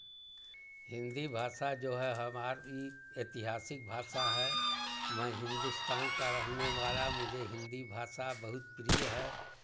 हिन्दी भाषा जो है हमारी ऐतिहासिक भाषा है मैं हिन्दुस्तान का रहने वाला मुझे हिन्दी भाषा बहुत प्रिय है